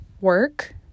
work